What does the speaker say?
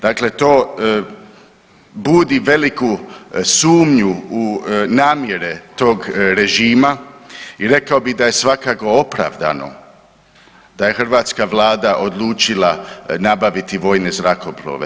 Dakle to budi veliku sumnju u namjere tog režima i rekao bih da je svakako opravdano da je hrvatska Vlada odlučila nabaviti vojne zrakoplove.